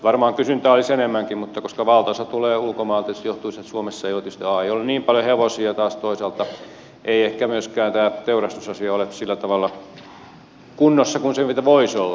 varmaan kysyntää olisi enemmänkin mutta valtaosa tulee ulkomailta mikä tietysti johtuu siitä että suomessa ei ole niin paljon hevosia ja taas toisaalta ei ehkä myöskään tämä teurastusasia ole sillä tavalla kunnossa kuin se voisi olla